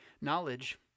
Knowledge